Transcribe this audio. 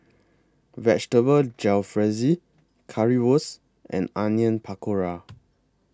Vegetable Jalfrezi Currywurst and Onion Pakora